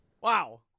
Wow